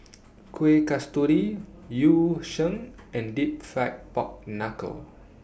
Kuih Kasturi Yu Sheng and Deep Fried Pork Knuckle